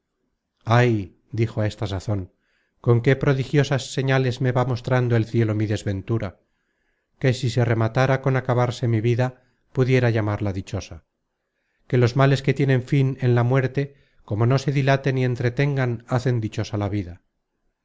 ay dijo á esta sazon con qué prodigiosas señales me va mostrando el cielo mi desventura que si se rematára con acabarse mi vida pudiera llamarla dichosa que los males que tienen fin en la muerte como no se dilaten y entretengan hacen dichosa la vida